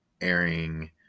airing